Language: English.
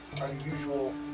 unusual